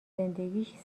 زندگیش